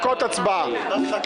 את המשפט